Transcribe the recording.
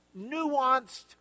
nuanced